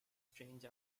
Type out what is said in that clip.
strange